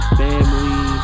family